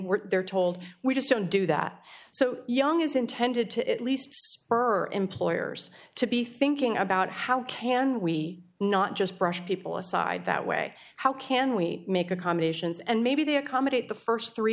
we're told we just don't do that so young is intended to at least for employers to be thinking about how can we not just brush people aside that way how can we make accommodations and maybe they accommodate the st three